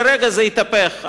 לרגע זה התהפך,